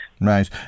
right